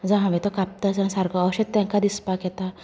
जावं हांवें तो कापता आसतना सारको अशें तेंकां दिसपाक येता